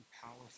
powerful